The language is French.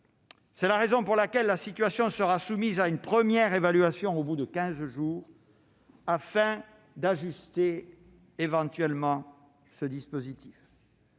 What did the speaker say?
C'est la raison pour laquelle la situation sera soumise à une première évaluation au bout de quinze jours, afin d'ajuster éventuellement ce dispositif.